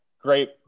great